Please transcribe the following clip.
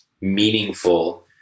meaningful